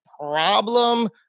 problem